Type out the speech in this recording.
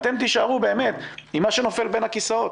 ואתם תישארו, באמת, עם מה שנופל בין הכיסאות.